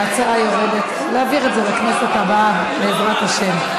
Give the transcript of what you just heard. ההצעה יורדת, להעביר את זה לכנסת הבאה, בעזרת השם.